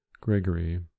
Gregory